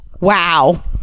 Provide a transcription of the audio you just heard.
Wow